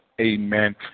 Amen